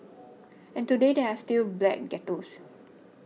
and today there are still black ghettos